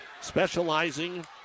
specializing